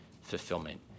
fulfillment